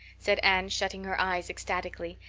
said anne, shutting her eyes ecstatically.